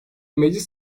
meclis